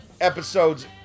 episodes